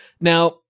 Now